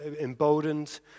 emboldened